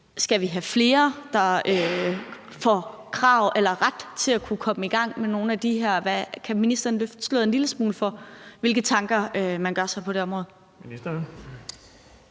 Skal vi have flere, der får ret til at kunne komme i gang med nogle af de her uddannelser? Kan ministeren løfte sløret en lille smule for, hvilke tanker man gør sig på det område?